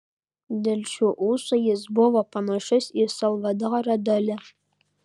dėl šių ūsų jis buvo panašus į salvadorą dali